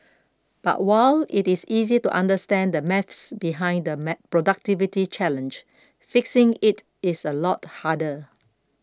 but while it is easy to understand the maths behind the productivity challenge fixing it is a lot harder